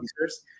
users